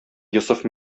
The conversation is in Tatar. йосыф